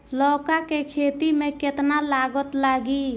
लौका के खेती में केतना लागत लागी?